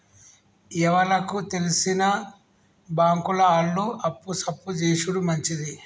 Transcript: ఎవలకు తెల్సిన బాంకుల ఆళ్లు అప్పు సప్పు జేసుడు మంచిది